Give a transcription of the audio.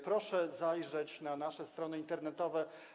Proszę zajrzeć na nasze strony internetowe.